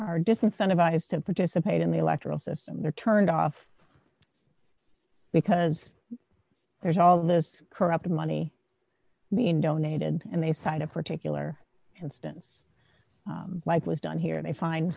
are disincentive has to participate in the electoral system they're turned off because there's all this corrupted money being donated and they signed a particular instance like was done here they find